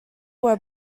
were